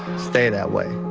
stay that way.